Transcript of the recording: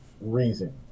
reason